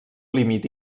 límit